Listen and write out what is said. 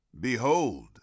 Behold